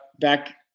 Back